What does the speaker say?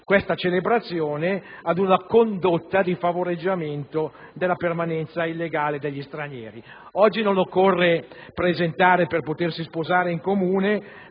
questa celebrazione, ad una condotta di favoreggiamento della permanenza illegale degli stranieri. Oggi per potersi sposare in Comune